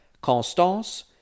Constance